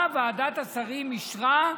מה ועדת השרים אישרה,